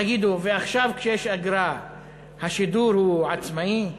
תגידו, ועכשיו כשיש אגרה השידור הוא עצמאי?